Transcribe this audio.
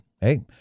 hey